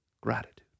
gratitude